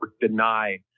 deny